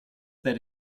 that